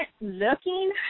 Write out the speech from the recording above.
looking